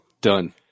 Done